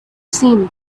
seen